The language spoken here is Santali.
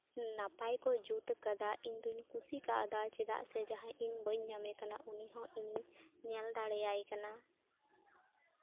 ᱱᱟᱯᱟᱭ ᱠᱚ ᱡᱩᱛ ᱠᱟᱫᱟ ᱤᱧ ᱫᱩᱧ ᱠᱩᱥᱤ ᱠᱟᱣᱫᱟ ᱪᱮᱫᱟᱜ ᱥᱮ ᱡᱟᱦᱟᱸᱭ ᱤᱧ ᱵᱟᱹᱧ ᱧᱟᱢᱮ ᱠᱟᱱᱟ ᱩᱱᱤ ᱦᱚᱸ ᱤᱧᱤᱧ ᱧᱮᱞ ᱫᱟᱲᱮᱭᱟᱭ ᱠᱟᱱᱟ